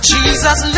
Jesus